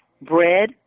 bread